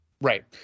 Right